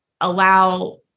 allow